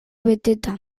beteta